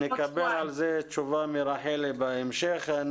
נקבל על זה תשובה מרחלי בהמשך.